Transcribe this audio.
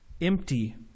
empty